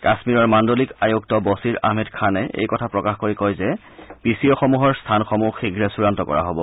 কাশ্মীৰৰ মাণুলিক আয়ুক্ত বছিৰ আহমেদ খানে এই কথা প্ৰকাশ কৰি কয় যে পি চি অ'সমূহৰ স্থানসমূহ শীঘে চূড়ান্ত কৰা হ'ব